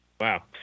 Wow